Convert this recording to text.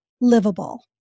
livable